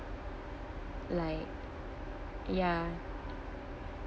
like ya